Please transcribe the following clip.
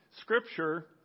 Scripture